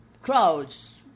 crowds